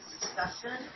discussion